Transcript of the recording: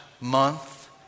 month